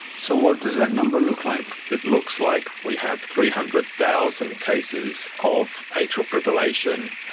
so what does that number look like? it looks like we have three hundred thousand cases of atrial fibrillation,